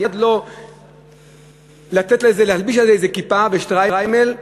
מייד להלביש על זה כיפה ושטריימל,